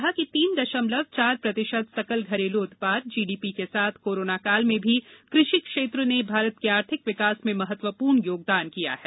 श्री तोमर ने कहा कि तीन दशमलव चार प्रतिशत सकल घरेलु उत्पाद जी डी पी के साथ कोरोना काल में भी कृषि क्षेत्र ने भारत के आर्थिक विकास में महत्वपूर्ण योगदान किया है